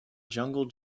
jungle